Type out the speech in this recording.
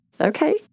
Okay